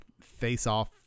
Face-off